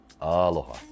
Aloha